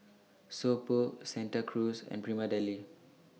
So Pho Santa Cruz and Prima Deli